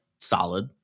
solid